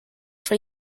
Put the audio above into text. for